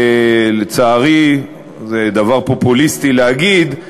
לצערי, זה דבר פופוליסטי להגיד,